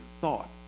thought